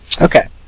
Okay